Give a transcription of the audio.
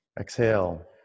exhale